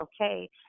okay